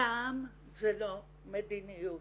זעם זה לא מדיניות.